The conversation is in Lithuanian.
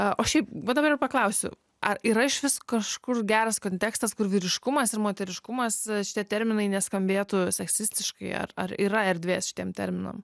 o šiaip va dabar ir paklausiu ar yra išvis kažkur geras kontekstas kur vyriškumas ir moteriškumas šitie terminai neskambėtų seksistiškai ar ar yra erdvės šitiem terminam